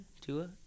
Tua